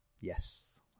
Yes